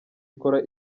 ikora